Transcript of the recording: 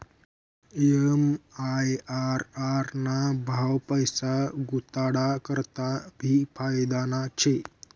MIRR ना भाव पैसा गुताडा करता भी फायदाना शे